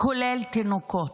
כולל תינוקות.